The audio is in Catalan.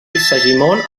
segimon